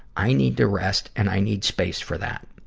i need to rest and i need space for that.